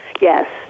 Yes